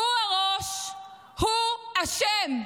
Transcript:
הוא הראש, הוא אשם.